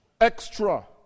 extra